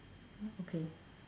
okay